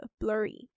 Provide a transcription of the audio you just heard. blurry